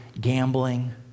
gambling